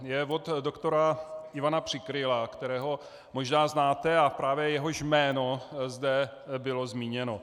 Je od doktora Ivana Přikryla, kterého možná znáte a právě jehož jméno zde bylo zmíněno.